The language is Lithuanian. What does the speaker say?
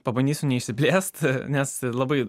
pabandysiu neišsiplėst nes labai